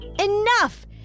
Enough